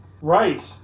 Right